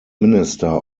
minister